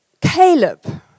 Caleb